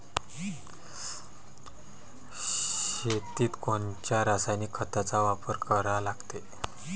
शेतीत कोनच्या रासायनिक खताचा वापर करा लागते?